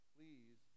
Please